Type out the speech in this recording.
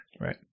Right